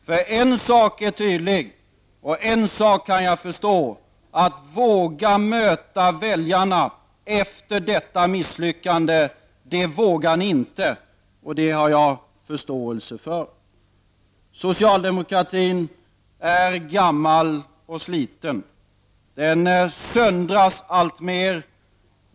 För en sak är tydlig: att möta väljarna efter detta misslyckande, det vågar ni inte — och det har jag förståelse för. Socialdemokratin är gammal och sliten. Den söndras alltmer.